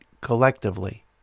collectively